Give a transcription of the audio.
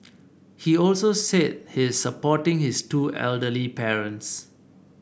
he also said he is supporting his two elderly parents